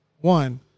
one